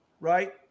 right